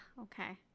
okay